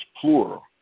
plural